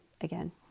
again